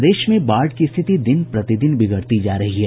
प्रदेश में बाढ़ की स्थिति दिन प्रतिदिन बिगड़ती जा रही है